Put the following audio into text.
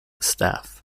staff